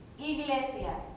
iglesia